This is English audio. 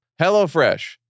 HelloFresh